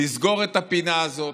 לסגור את הפינה הזאת,